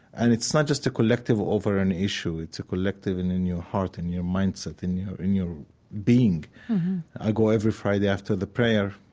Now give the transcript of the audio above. and it's not just a collective over an issue. it's a collective in in your heart and your mindset, in your in your being i go every friday after the prayer,